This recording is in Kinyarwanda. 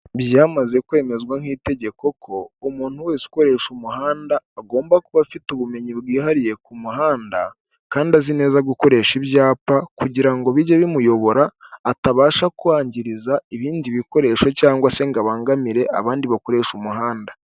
Byamaze kwemezwa nk'itegeko ko umuntu wese ukoresha umuhanda agomba kuba afite ubumenyi bwihariye ku muhanda kandi azi neza gukoresha ibyapa, kugira ngo bijye bimuyobora atabasha kwangizariza ibindi bikoresho cyangwa se ngo abangamire abandi bakoresha umuhanda.